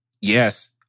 Yes